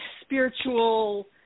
spiritual